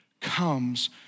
comes